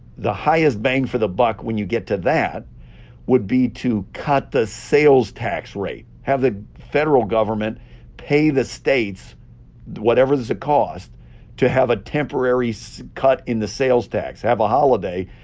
the highest bang for the buck when you get to that would be to cut the sales tax rate, have the federal government pay the states whatever is the cost to have a temporary so cut in the sales tax, have a holiday,